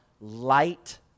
light